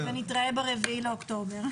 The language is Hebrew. נתראה ב-4 באוקטובר.